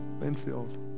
Linfield